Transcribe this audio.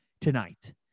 tonight